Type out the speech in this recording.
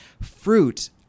Fruit